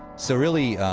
so really,